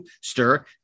Stir